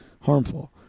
harmful